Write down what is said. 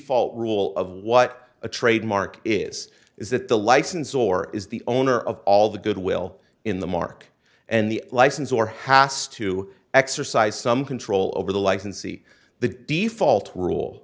default rule of what a trademark is is that the license or is the owner of all the goodwill in the mark and the license or hast to exercise some control over the licensee the default rule